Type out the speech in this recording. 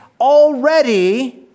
already